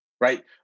right